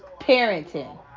parenting